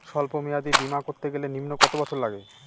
সল্প মেয়াদী বীমা করতে গেলে নিম্ন কত বছর লাগে?